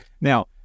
Now